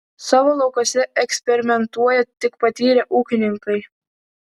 savo laukuose eksperimentuoja tik patyrę ūkininkai